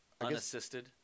Unassisted